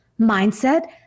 mindset